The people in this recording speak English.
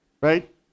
right